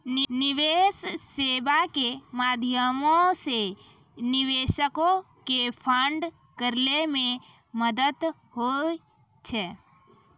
निवेश सेबा के माध्यमो से निवेशको के फंड करै मे मदत होय छै